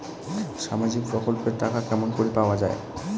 সামাজিক প্রকল্পের টাকা কেমন করি পাওয়া যায়?